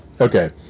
Okay